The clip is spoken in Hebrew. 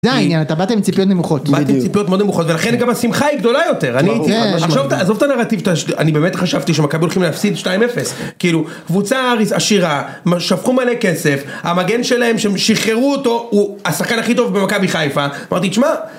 זה העניין אתה באת עם ציפיות נמוכות. באתי עם ציפיות מאוד נמוכות, ולכן גם השמחה היא גדולה יותר. עזוב את הנרטיב, אני באמת חשבתי שמכבי הולכים להפסיד 2-0, כאילו קבוצה עשירה, שפכו מלא כסף, המגן שלהם שהם שחררו אותו הוא השחקן הכי טוב במכבי חיפה, אמרתי תשמע.